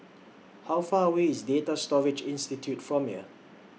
How Far away IS Data Storage Institute from here